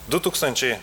du tūkstančiai